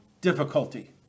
difficulty